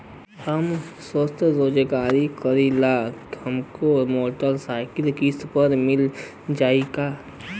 हम स्वरोजगार करीला हमके मोटर साईकिल किस्त पर मिल जाई का?